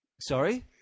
Sorry